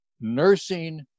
nursing